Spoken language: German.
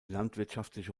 landwirtschaftliche